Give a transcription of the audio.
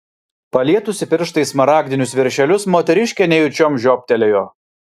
palietusi pirštais smaragdinius viršelius moteriškė nejučiom žioptelėjo